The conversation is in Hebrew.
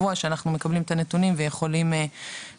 אנחנו נתקלים היום -- שמוליק לא היטיב לתאר את זה.